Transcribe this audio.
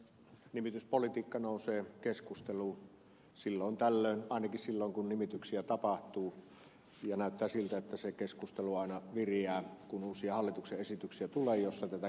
nimityspolitiikka nousee keskusteluun silloin tällöin ainakin silloin kun nimityksiä tapahtuu ja näyttää siltä että se keskustelu aina viriää kun uusia hallituksen esityksiä tulee jossa tätä käsitellään